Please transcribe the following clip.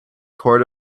court